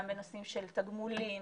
גם בנושאים של תגמולים,